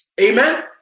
Amen